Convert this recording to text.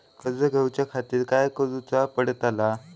कर्ज घेऊच्या खातीर काय करुचा पडतला?